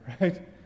Right